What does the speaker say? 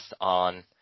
on